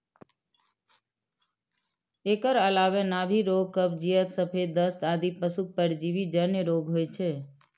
एकर अलावे नाभि रोग, कब्जियत, सफेद दस्त आदि पशुक परजीवी जन्य रोग होइ छै